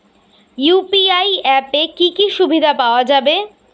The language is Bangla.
ইউ.পি.আই অ্যাপে কি কি সুবিধা পাওয়া যাবে?